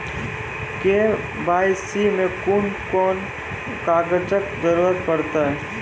KYC मे कून कून कागजक जरूरत परतै?